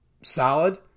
solid